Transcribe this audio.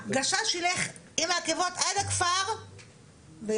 הגשש ילך עם העקבות עד הכפר - ויעצור.